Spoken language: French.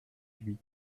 huit